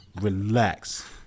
Relax